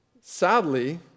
sadly